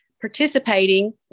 participating